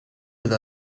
with